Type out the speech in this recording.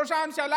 ראש ממשלה